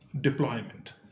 deployment